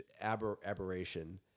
aberration